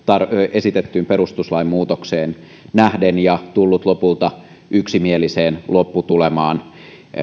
esitettyyn perustuslain muutokseen nähden ja tullut lopulta yksimieliseen lopputulemaan